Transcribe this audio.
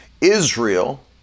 Israel